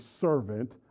servant